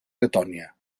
letònia